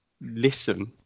listen